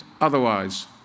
otherwise